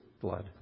blood